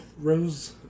Rose